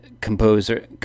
composer